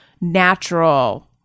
natural